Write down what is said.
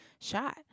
shot